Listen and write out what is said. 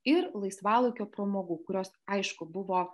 ir laisvalaikio pramogų kurios aišku buvo